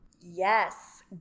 Yes